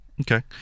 Okay